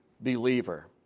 believer